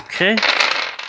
Okay